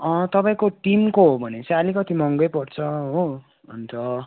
तपाईँको टिमको हो भने चाहिँ आलिकति महँगै पर्छ हो अन्त